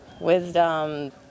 wisdom